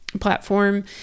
platform